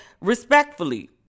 respectfully